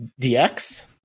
DX